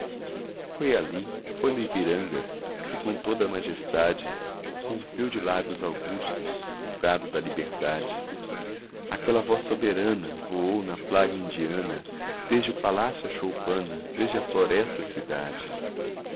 foi ali foi no ipiranga que com toda a majestade rompeu de lábios augustos o brado da liberdade aquela voz soberana voou na plaga indiana desde o palácio à choupana desde a floresta à cidade